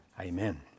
Amen